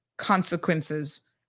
consequences